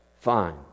fine